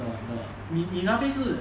the the 你你那边是